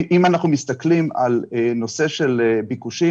אם אנחנו מסתכלים על נושא של ביקושים,